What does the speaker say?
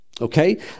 Okay